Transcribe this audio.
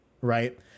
right